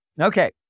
Okay